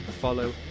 follow